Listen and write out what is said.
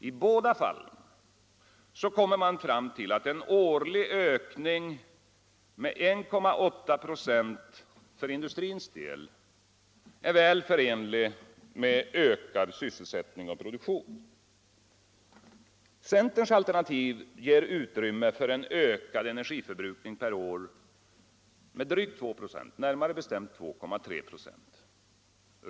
I båda fallen kommer man fram till resultatet, att en årlig ökning med 1,8 96 för industrins del är väl förenlig med ökad sysselsättning och produktion. Centerns alternativ ger utrymme för en ökad energiförbrukning per år med drygt 296 —- närmare bestämt 2,3 96.